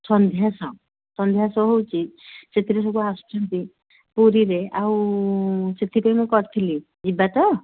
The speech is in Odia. ସନ୍ଧ୍ୟା ସୋ ସନ୍ଧ୍ୟା ସୋ ହେଉଛି ସେଥିରେ ସବୁ ଆସୁଛନ୍ତି ପୁରୀରେ ଆଉ ସେଥିପାଇଁ କରିଥିଲି ଯିବା ତ